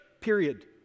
period